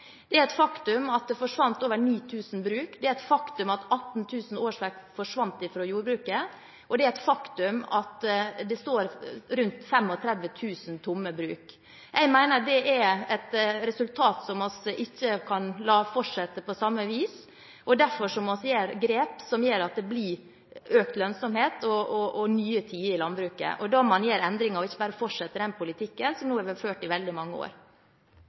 Det er et faktum at det forsvant over 9 000 bruk, det er et faktum at 18 000 årsverk forsvant fra jordbruket, og det er et faktum at det står rundt 35 000 tomme bruk. Jeg mener det er et resultat som gjør at vi ikke kan fortsette på samme vis, og derfor må vi gjøre grep som gjør at det blir økt lønnsomhet og nye tider i landbruket. Da må man gjøre endringer og ikke bare fortsette den politikken som nå har vært ført i veldig mange år.